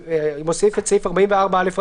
מוסיף את סעיף 44 א,